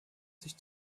sich